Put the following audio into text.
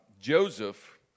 Joseph